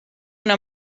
una